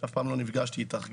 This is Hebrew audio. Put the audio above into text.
אף פעם לא נפגשתי איתך,